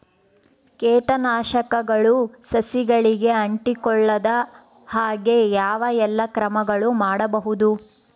ಕೇಟನಾಶಕಗಳು ಸಸಿಗಳಿಗೆ ಅಂಟಿಕೊಳ್ಳದ ಹಾಗೆ ಯಾವ ಎಲ್ಲಾ ಕ್ರಮಗಳು ಮಾಡಬಹುದು?